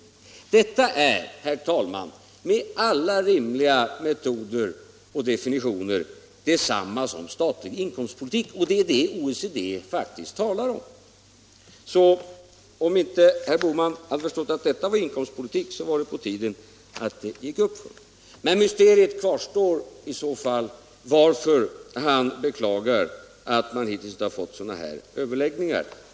Detta är, herr talman, med alla rimliga metoder och definitioner detsamma som statlig inkomstpolitik, och det är det OECD faktiskt talar om! Så om inte herr Bohman har förstått att detta var inkomstpolitik så var det på tiden att det gick upp för honom. Men i så fall kvarstår mysteriet om varför han beklagar att man hittills inte har fått sådana överläggningar.